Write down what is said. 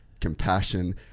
compassion